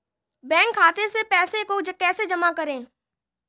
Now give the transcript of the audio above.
Bank खाते से पैसे को कैसे जमा करें?